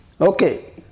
Okay